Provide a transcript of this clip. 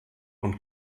und